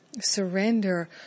surrender